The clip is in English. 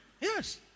Yes